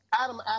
Adam